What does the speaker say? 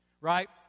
right